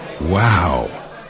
Wow